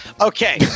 Okay